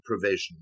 provision